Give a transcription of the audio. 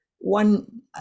one